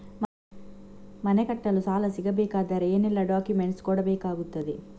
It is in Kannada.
ಮನೆ ಕಟ್ಟಲು ಸಾಲ ಸಿಗಬೇಕಾದರೆ ಏನೆಲ್ಲಾ ಡಾಕ್ಯುಮೆಂಟ್ಸ್ ಕೊಡಬೇಕಾಗುತ್ತದೆ?